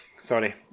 sorry